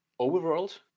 overworld